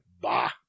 Bah